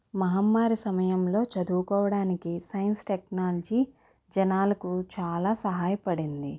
మహమ్మారి సమయంలో చదువుకోవడానికి సైన్స్ టెక్నాలజీ జనాలకు చాలా సహాయపడింది